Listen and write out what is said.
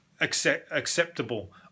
acceptable